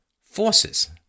forces